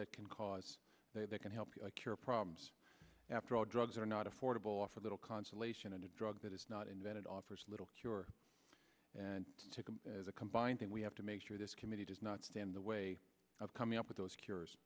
that can cause they they can help cure problems after all drugs are not affordable offer little consolation a drug that is not invented offers little cure and as a combined thing we have to make sure this committee does not stand the way of coming up with those cures